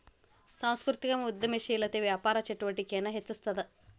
ಸಾಂಸ್ಕೃತಿಕ ಉದ್ಯಮಶೇಲತೆ ವ್ಯಾಪಾರ ಚಟುವಟಿಕೆನ ಹೆಚ್ಚಿಸ್ತದ